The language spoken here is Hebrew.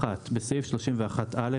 בסעיף 31(א),